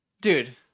Dude